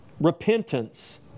Repentance